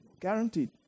Guaranteed